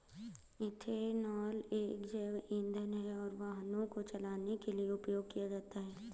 ethanol एक जैव ईंधन है और वाहनों को चलाने के लिए उपयोग किया जाता है